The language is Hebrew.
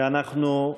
ואנחנו,